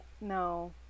No